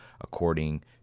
according